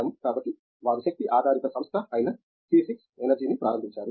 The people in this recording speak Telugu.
కాబట్టి వారు శక్తి ఆధారిత సంస్థ అయిన సీ 6 ఎనర్జీని ప్రారంభించారు